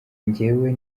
njyewe